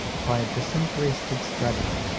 by disinterested study,